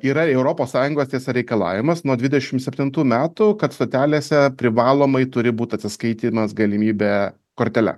yra europos sąjungos tiesa reikalavimas nuo dvidešim septintų metų kad stotelėse privalomai turi būt atsiskaitymas galimybė kortele